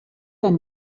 ein